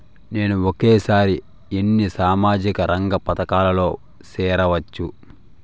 నేను ఒకేసారి ఎన్ని సామాజిక రంగ పథకాలలో సేరవచ్చు?